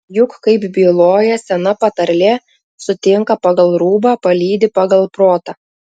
juk kaip byloja sena patarlė sutinka pagal rūbą palydi pagal protą